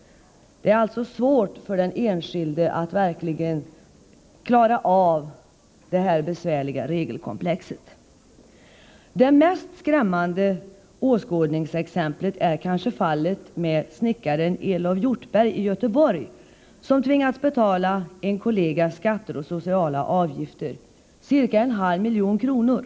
Det är alltså svårt för den enskilde att verkligen klara av det här besvärliga regelkomplexet. Det mest skrämmande åskådningsexemplet är kanske fallet med snickaren Elof Hjortberg i Göteborg, som tvingats betala en kollega skatter och sociala avgifter på ca en halv miljon kronor.